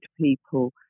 people